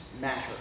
matter